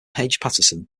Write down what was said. patterson